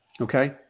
Okay